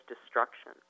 destruction